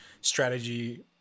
strategy